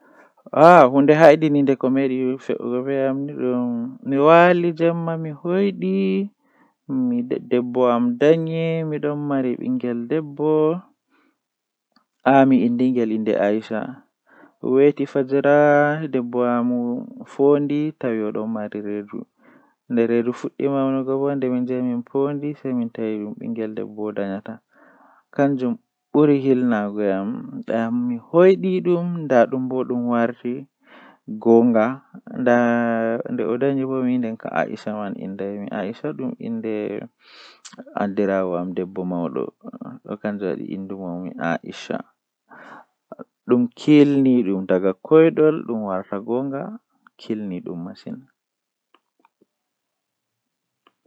Demngal mi burdaa yiduki mi waawa kanjum woni arabre, mi yidi mi waawa arabre masin ngam bo kowadi tomi yahi lesde arab en do mi wolwa be arabre mi faama be be faama mi nden haa jangugo qur'anu bo tomi don janga mi anda ko mi jangata nden mi waawan fassurki.